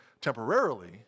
temporarily